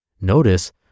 notice